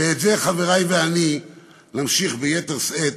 ואת זה חברי ואני נמשיך ביתר שאת